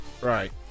right